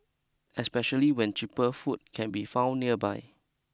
especially when cheaper food can be found nearby